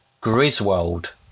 Griswold